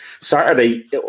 Saturday